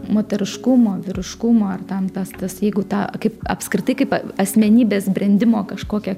moteriškumą vyriškumą ar ten tas tas jeigu tą kaip apskritai kaip asmenybės brendimo kažkokią